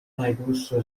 najdłuższe